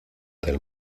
del